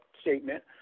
statement